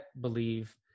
believe